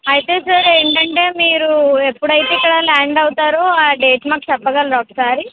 అయితే సార్ ఏంటంటే మీరు ఎప్పుడు అయితే మీరు ఇక్కడ ల్యాండ్ అవుతారో ఆ డేట్ మాకు చెప్పగలరా ఒకసారి